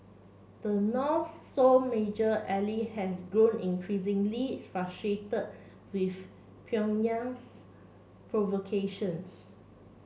the North sole major ally has grown with Pyongyang's provocations